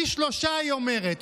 פי שלושה, היא אומרת.